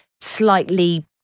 slightly